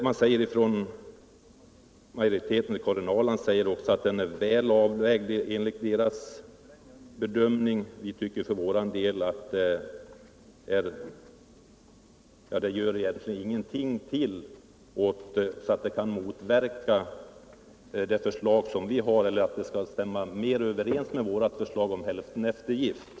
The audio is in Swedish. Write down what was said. Reglerna för eftergift är enligt utskottsmajoritetens bedömning väl avvägda, vilket också har framförts av Karin Ahrland. Vitvcker för vår del att utskottets förslag inte skulle ha motverkats om det hade utformats så att det stämt mer överens med vårt förslag om hälfteneftergift.